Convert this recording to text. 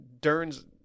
Dern's